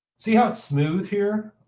see how it's smooth here?